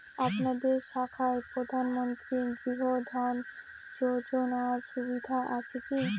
আপনাদের শাখায় প্রধানমন্ত্রী গৃহ ঋণ যোজনার সুবিধা আছে কি?